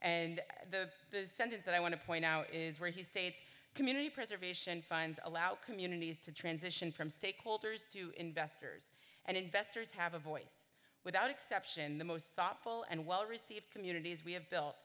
and the sentence that i want to point out is where he states community preservation finds allow communities to transition from stakeholders to investors and investors have a voice without exception the most thoughtful and well received communities we have built